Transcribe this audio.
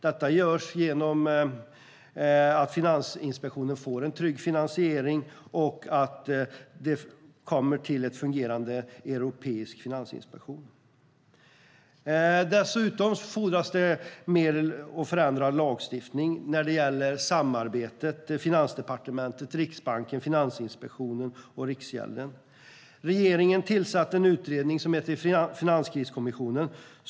Detta görs genom att Finansinspektionen får en trygg finansiering och att det kommer till en fungerande europeisk finansinspektion. Dessutom fordras mer och förändrad lagstiftning när det gäller samarbetet mellan Finansdepartementet, Riksbanken, Finansinspektionen och Riksgälden. Regeringen tillsatte en utredning, den så kallade Finanskriskommissionen.